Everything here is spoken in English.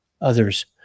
others